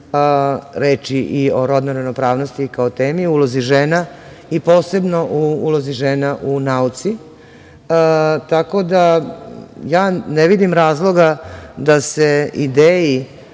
reči i o rodnoj ravnopravnosti kao temi u ulozi žena i posebno u ulozi žena u nauci, tako da ja ne vidim razloga da se ideji